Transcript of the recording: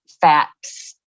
facts